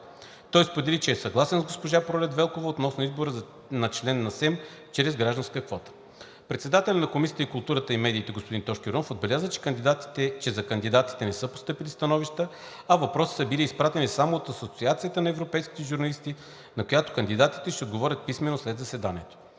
Той сподели, че е съгласен с госпожа Пролет Велкова относно избора на член на СЕМ чрез гражданска квота. Председателят на Комисията по културата и медиите господин Тошко Йорданов отбеляза, че за кандидатите не са постъпили становища, а въпроси са били изпратени само от Асоциацията на европейските журналисти, на които кандидатите ще отговорят писмено след заседанието.